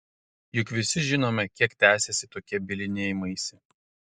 juk visi žinome kiek tęsiasi tokie bylinėjimaisi